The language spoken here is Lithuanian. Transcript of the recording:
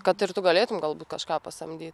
kad ir tu galėtum galbūt kažką pasamdyt